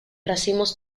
racimos